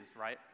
right